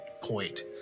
point